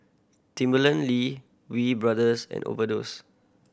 Timberland Lee Wee Brothers and Overdose